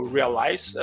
realize